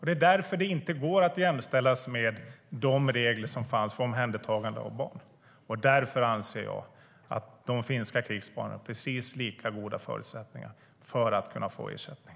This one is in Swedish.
Det är därför det inte går att jämställas med de regler som fanns för omhändertagande av barn. Därför anser jag att de finska krigsbarnen har precis lika goda förutsättningar att få ersättning.